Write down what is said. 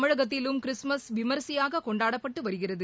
தமிழகத்திலும் கிறிஸ்துமஸ் விமரிசையாக கொண்டாடப்பட்டு வருகிறது